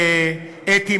אתי,